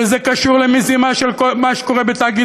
וזה קשור למזימה של מה שקורה בתאגיד